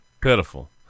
Pitiful